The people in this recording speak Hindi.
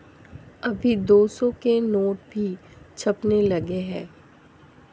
अभी दो सौ के नोट भी छपने लगे हैं